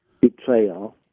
betrayal